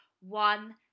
one